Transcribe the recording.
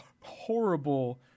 horrible